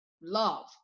love